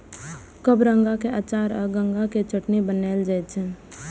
कबरंगा के अचार आ गंगा के चटनी बनाएल जाइ छै